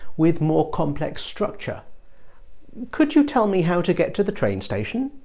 with more complex structure could you tell me how to get to the train station